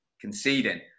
conceding